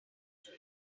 after